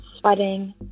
sweating